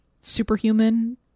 superhuman